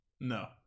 no